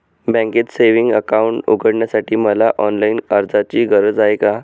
बँकेत savings account उघडण्यासाठी मला ऑनलाईन अर्जाची गरज आहे का?